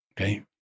Okay